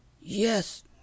Yes